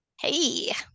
Hey